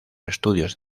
estudios